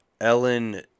Ellen